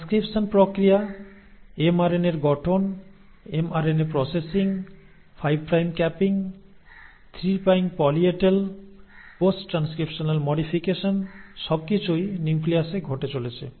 transcription প্রক্রিয়া এমআরএনএর গঠন mRNA processing 5 prime capping 3 prime poly A tail post transcriptional modification সবকিছুই নিউক্লিয়াসে ঘটে চলেছে